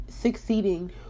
succeeding